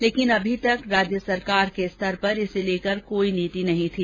लेकिन अभी तक राज्य सरकार के स्तर पर इसे लेकर कोई नीति नहीं थी